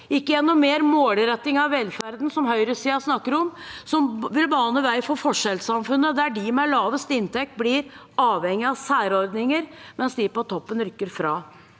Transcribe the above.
ikke gjennom mer målretting av velferden slik høyresiden snakker om, noe som vil bane vei for forskjellssamfunnet, der de med lavest inntekt blir avhengige av særordninger, mens de på toppen rykker fra.